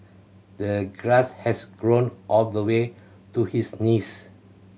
the grass has grown all the way to his knees